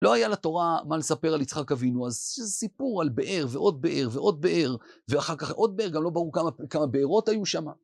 לא היה לתורה מה לספר על יצחק אבינו, אז סיפור על באר, ועוד באר, ועוד באר, ואחר כך עוד באר, גם לא ברור כמה בארות היו שמה.